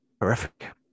horrific